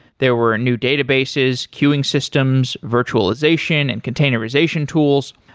there were new databases, queuing systems, virtualization and containerization tools,